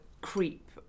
creep